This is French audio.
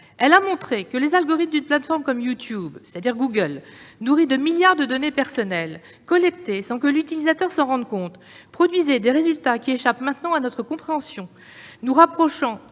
elle a montré que les algorithmes d'une plateforme comme YouTube, c'est-à-dire Google, nourris de milliards de données personnelles collectées sans que l'utilisateur s'en rende compte, produisaient des résultats qui échappent maintenant à notre compréhension, nous rapprochant